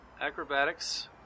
acrobatics